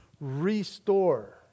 restore